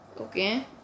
okay